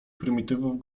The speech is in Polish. prymitywów